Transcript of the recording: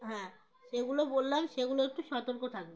হ্যাঁ সেগুলো বললাম সেগুলো একটু সতর্ক থাকবে